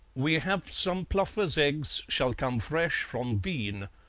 we haf some pluffers' eggs shall come fresh from wien,